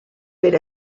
per